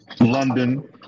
London